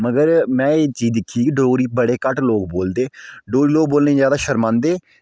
मगर में एह् चीज दिक्खी की डोगरी बड़े घट्ट लोग बोलदे डोगरी लोग बोलने गी शरमांदे